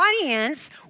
audience